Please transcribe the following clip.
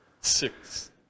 six